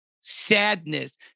sadness